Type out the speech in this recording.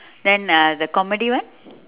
then uh the comedy one